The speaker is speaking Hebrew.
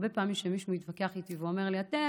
הרבה פעמים כשמישהו מתווכח איתי ואומר לי: אתם,